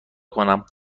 کنم